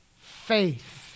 faith